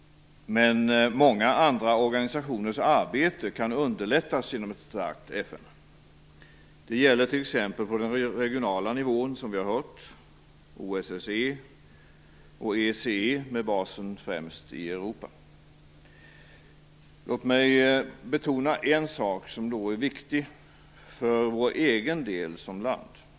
Men många andra organisationers arbete kan underlättas genom ett starkt FN. Det gäller t.ex., som vi har hört, på den regionala nivån - OSSE och ECE med basen främst i Europa. Låt mig betona en sak som är viktig för Sveriges egen del som land.